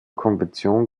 konvention